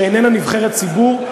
שאיננה נבחרת ציבור,